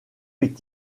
est